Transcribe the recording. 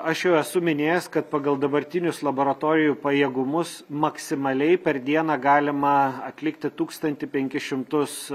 aš jau esu minėjęs kad pagal dabartinius laboratorijų pajėgumus maksimaliai per dieną galima atlikti tūkstantį penkis šimtus